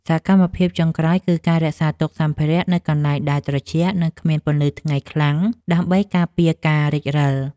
សកម្មភាពចុងក្រោយ គឺការរក្សាទុកសម្ភារៈនៅកន្លែងដែលត្រជាក់ និងគ្មានពន្លឺថ្ងៃខ្លាំង ដើម្បីការពារការរិចរិល។